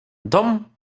dom